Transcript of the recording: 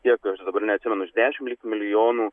kiek aš dabar neatsimenu už dešimt lyg milijonų